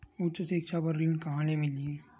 उच्च सिक्छा बर ऋण कहां ले मिलही?